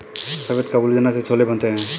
सफेद काबुली चना से छोले बनते हैं